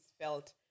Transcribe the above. felt